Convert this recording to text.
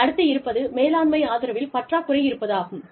அடுத்து இருப்பது மேலாண்மை ஆதரவில் பற்றாக்குறை இருப்பதாகும்